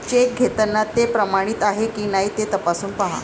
check घेताना ते प्रमाणित आहे की नाही ते तपासून पाहा